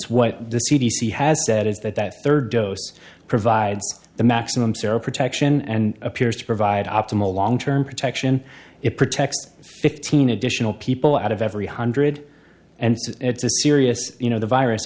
what the c d c has said is that that third dose provides the maximum saira protection and appears to provide optimal long term protection it protects fifteen additional people out of every hundred and it's a serious you know the virus